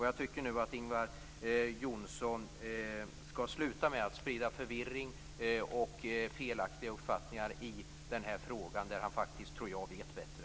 Jag tycker att Ingvar Johnsson skall sluta med att sprida förvirring och felaktiga uppfattningar i den här frågan, där han faktiskt - tror jag - vet bättre.